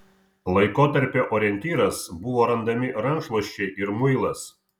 laikotarpio orientyras buvo randami rankšluosčiai ir muilas